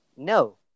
No